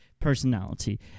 personality